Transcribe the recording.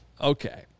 Okay